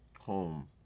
home